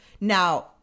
Now